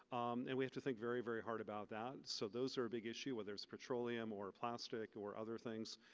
and we have to think very very hard about that. so those are a big issue, whether it's petroleum or plastic or other things.